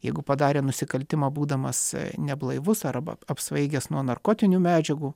jeigu padarė nusikaltimą būdamas neblaivus arba apsvaigęs nuo narkotinių medžiagų